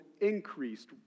increased